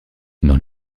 dans